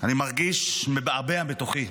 אני מרגיש מבעבע בתוכי,